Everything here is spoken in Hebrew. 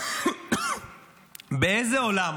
באיזה עולם